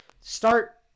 start